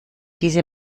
diese